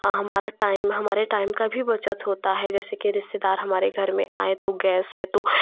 हमारा टाइम हमारे टाइम का भी बचत होता है जैसे की रिश्तेदार हमारे घर में आए तो गैस है तो